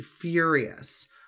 furious